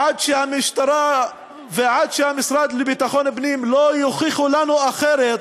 עד שהמשטרה ועד שהמשרד לביטחון פנים לא יוכיחו לנו אחרת,